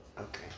okay